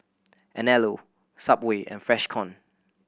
Anello Subway and Freshkon